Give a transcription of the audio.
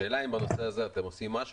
השאלה אם בנושא הזה אתם עושים משהו?